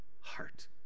heart